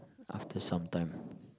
after sometime